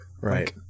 Right